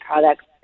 products